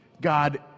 God